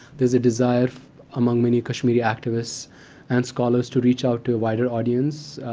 there's a desire among many kashmiri activists and scholars to reach out to a wider audience.